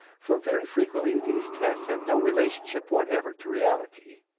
for very frequently these tests have no relationship whatever to reality.